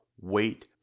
Wait